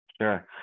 Sure